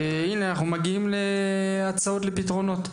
הינה, אנחנו מגיעים להצעות לפתרונות.